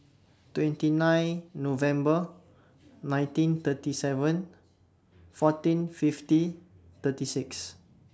twenty nine November nineteen thirty seven fourteen fifty thirty six